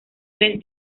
tres